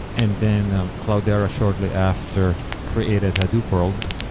and then ah cloudera shortly after created hadoop world.